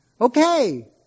Okay